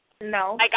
No